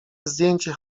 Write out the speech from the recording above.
zdjęcie